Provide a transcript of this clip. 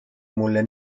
mulle